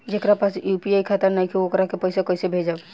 जेकरा पास यू.पी.आई खाता नाईखे वोकरा के पईसा कईसे भेजब?